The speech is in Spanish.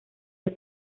del